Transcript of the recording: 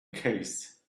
case